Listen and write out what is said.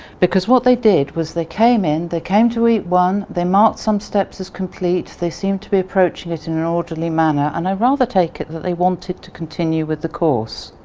because what they did was they came in, they came to eat one, they marked some steps as complete, they seemed to be approaching it and an orderly manner and i rather take it that they wanted to continue the course,